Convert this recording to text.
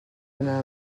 anar